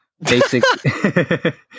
Basic